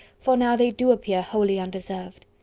for now they do appear wholly undeserved.